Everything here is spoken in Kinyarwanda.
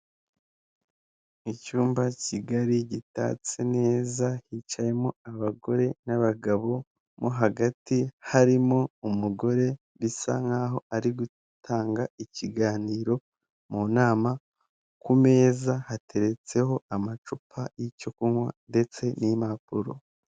Ogisisi foiri biro akaba ari ibiro bifasha abaza kuvunjisha amafaranga yabo bayakura mu bwoko runaka bw'amafaranga bayashyira mu bundi bwoko runaka bw'amafaranga, aha turabonamo mudasobwa, turabonamo n'umugabo wicaye ategereje gufasha abakiriya baza kuvunjisha amafaranga yawe.